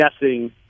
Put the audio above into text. guessing